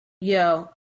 Yo